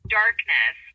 darkness